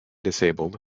disabled